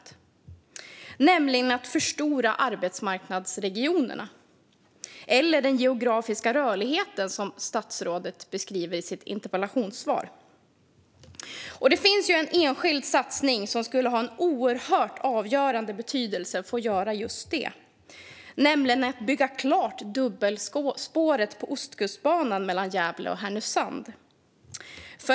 Det handlar om att förstora arbetsmarknadsregionerna - eller den geografiska rörligheten, som statsrådet beskriver i sitt interpellationssvar. Det finns en enskild satsning som skulle ha avgörande betydelse för att göra just detta, nämligen att bygga klart dubbelspåret på Ostkustbanan mellan Gävle och Härnösand.